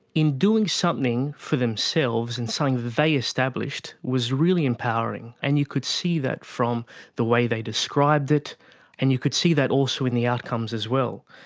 in doing something for themselves and something they established was really empowering, and you could see that from the way they described it and you could see that also in the outcomes as well.